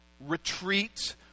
retreat